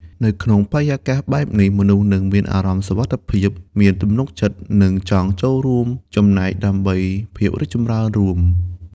នៅក្នុងបរិយាកាសបែបនេះ មនុស្សនឹងមានអារម្មណ៍សុវត្ថិភាព មានទំនុកចិត្ត និងចង់ចូលរួមចំណែកដើម្បីភាពរីកចម្រើនរួម។